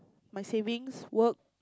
my savings work